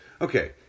okay